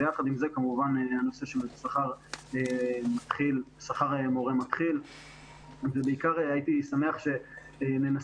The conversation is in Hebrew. ויחד עם זה כמובן הנושא של שכר למורה מתחיל ובעיקר הייתי שמח שננסה,